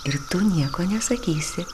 ir tu nieko nesakysi